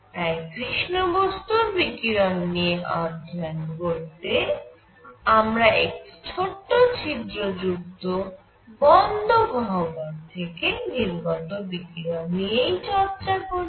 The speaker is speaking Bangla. তাই কৃষ্ণ বস্তুর বিকিরণ নিয়ে অধ্যয়ন করতে আমরা একটি ছোট ছিদ্র যুক্ত বন্ধ গহ্বর থেকে নির্গত বিকিরণ নিয়েই চর্চা করি